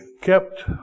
kept